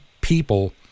people